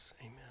Amen